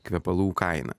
kvepalų kaina